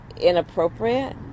inappropriate